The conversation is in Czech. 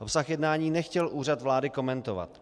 Obsah jednání nechtěl Úřad vlády komentovat.